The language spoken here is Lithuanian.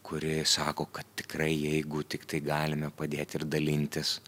kuri sako kad tikrai jeigu tiktai galime padėti ir dalintis